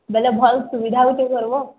ବୋଲେ ଭଲ ସୁବିଧା ଗୋଟେ କର୍ବୋ